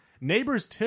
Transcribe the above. Neighbors